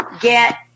get